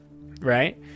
right